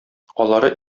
алары